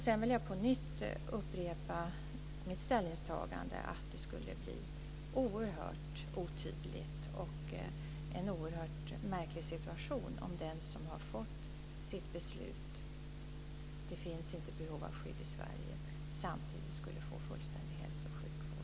Sedan vill jag upprepa mitt ställningstagande att det skulle bli oerhört otydligt och det skulle uppstå en oerhört märklig situation om den som har fått beslutet att det inte finns behov av skydd i Sverige, samtidigt skulle få fullständig hälso och sjukvård.